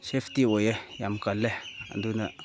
safety ꯑꯣꯏꯌꯦ ꯌꯥꯝ ꯀꯜꯂꯦ ꯑꯗꯨꯅ